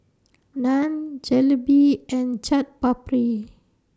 Naan Jalebi and Chaat Papri